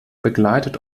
begleitet